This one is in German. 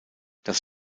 das